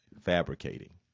fabricating